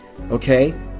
Okay